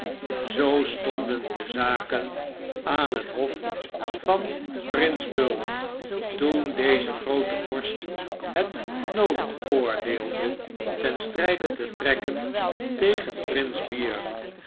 zoo stonden de zaken aan het hof van prins bulj toen deze groote vorst het noodig oordeelde ten stryde te trekken tegen prins bear